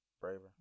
Braver